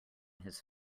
his